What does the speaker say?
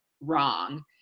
wrong